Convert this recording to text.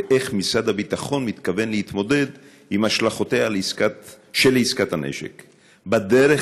ואיך משרד הביטחון מתכוון להתמודד עם השלכותיה של עסקת הנשק בדרך